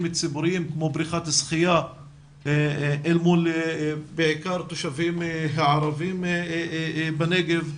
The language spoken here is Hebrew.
ציבוריים כמו בריכת שחיה אל מול בעיקר התושבים הערבים בנגב,